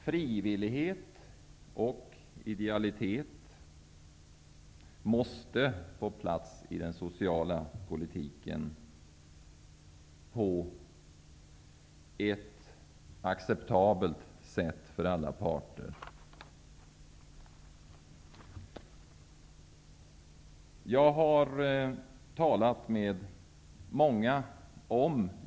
Frivillighet och idealitet måste få plats i den sociala politiken på ett för alla parter acceptabelt sätt.